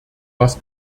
was